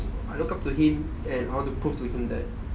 I look up to him and I want to prove to him that